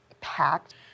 packed